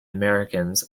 americans